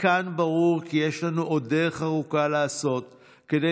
מכאן ברור כי יש לנו עוד דרך ארוכה לעשות כדי